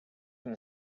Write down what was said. from